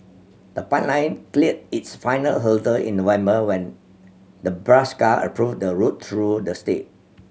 the pipeline cleared its final hurdle in November when Nebraska approved a route through the state